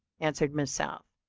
answered miss south,